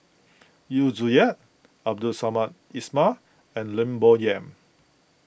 Yu Zhuye Abdul Samad Ismail and Lim Bo Yam